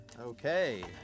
okay